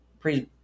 please